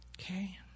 Okay